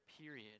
period